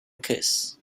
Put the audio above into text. curse